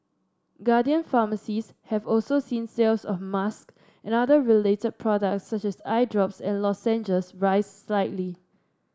guardian pharmacies have also seen sales of masks and other related products such as eye drops and lozenges rise slightly